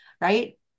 right